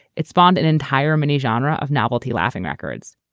it spawned an entire mini-genre of novelty laughing records